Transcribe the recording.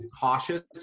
cautious